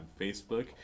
Facebook